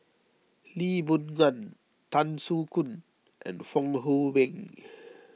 Lee Boon Ngan Tan Soo Khoon and Fong Hoe Beng